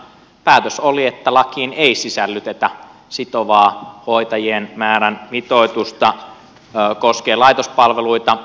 päätös oli että lakiin ei sisällytetä sitovaa hoitajien määrän mitoitusta koskien laitospalveluita